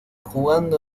jugando